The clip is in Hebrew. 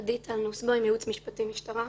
אני עדי טל נוסבוים, ייעוץ משפטי, משטרה.